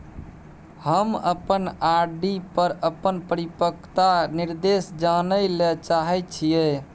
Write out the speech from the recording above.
हम अपन आर.डी पर अपन परिपक्वता निर्देश जानय ले चाहय छियै